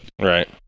right